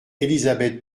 elisabeth